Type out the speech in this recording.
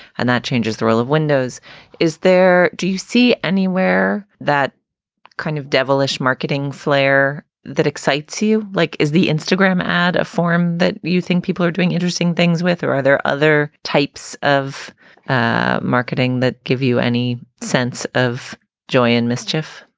and that changes the role of windows is there. do you see anywhere that kind of devilish marketing flair that excites you? like is the instagram ad a form that you think people are doing interesting things with? or are there other types of ah marketing that give you any sense of joy in mischief?